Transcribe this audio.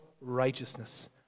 righteousness